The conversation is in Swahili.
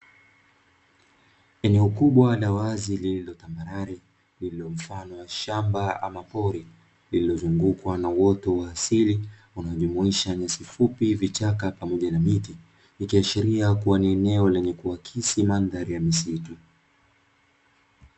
Eneo kubwa la wazi lililotambarare lililo mfano wa shamba ama pori, lililozungukwa na uoto wa asili unaojumuisha nyasi fupi, vichaka pamoja na miti. Ikiashiria kuwa ni eneo kenye kuakisi mandhari ya misitu.